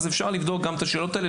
אז אפשר לבדוק את השאלות האלה,